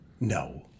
No